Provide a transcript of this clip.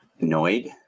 Annoyed